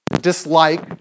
dislike